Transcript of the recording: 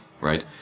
right